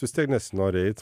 vis tiek nesinori eit